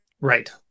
Right